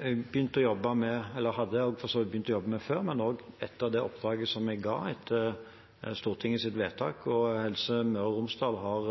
begynt å jobbe med – eller man hadde for så vidt begynt å jobbe med det før – etter det oppdraget som jeg ga etter Stortingets vedtak, og Helse Møre og Romsdal har